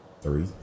Three